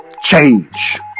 change